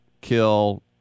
kill